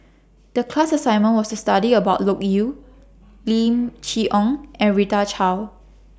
The class assignment was to study about Loke Yew Lim Chee Onn and Rita Chao